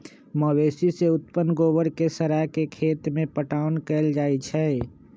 मवेशी से उत्पन्न गोबर के सड़ा के खेत में पटाओन कएल जाइ छइ